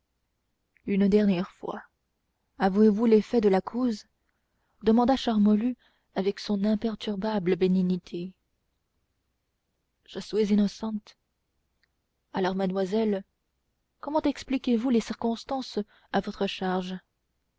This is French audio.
une dernière fois avouez vous les faits de la cause demanda charmolue avec son imperturbable bénignité je suis innocente alors madamoiselle comment expliquez-vous les circonstances à votre charge